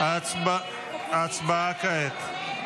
הצבעה כעת.